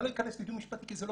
אני לא אכנס לדיון משפטי כי זה לא